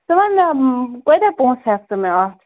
ژٕ وَن مےٚ کٲتیٛاہ پۅنٛسہٕ ہٮ۪کھ ژٕ مےٚ اَتھ